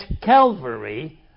Calvary